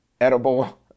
edible